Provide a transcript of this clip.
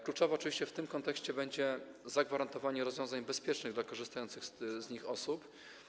Kluczowe oczywiście w tym kontekście będzie zagwarantowanie rozwiązań bezpiecznych dla korzystających z nich osób.